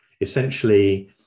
essentially